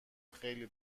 خیلی